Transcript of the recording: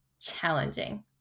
challenging